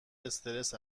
استرس